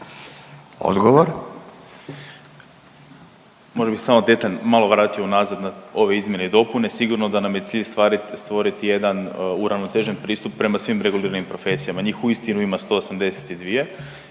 Ivan** Možda bih samo detalj malo vratio unazad na ove izmjene i dopune. Sigurno da nam je cilj stvoriti jedan uravnotežen pristup prema svim reguliranim profesijama. Njih uistinu ima 182.